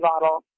bottle